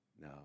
No